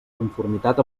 conformitat